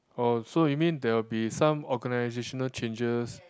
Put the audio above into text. oh so you mean there will be some organisational changes